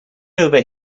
over